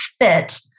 fit